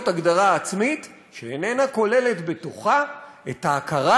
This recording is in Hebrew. הגדרה עצמית שאיננה כוללת בתוכה את ההכרה